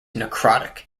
necrotic